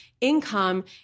income